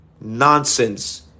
nonsense